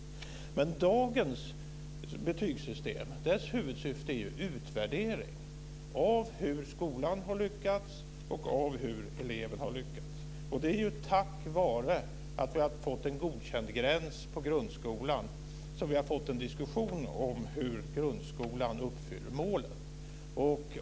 Huvudsyftet med dagens betygssystem är utvärdering av hur skolan har lyckats och av hur eleven har lyckats. Det är tack vare att vi har fått en godkändgräns på grundskolan som vi har fått en diskussion om hur grundskolan uppfyller målen.